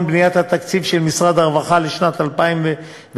בבניית התקציב של משרד הרווחה לשנת 2016,